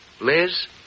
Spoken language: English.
Liz